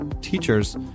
teachers